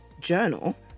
journal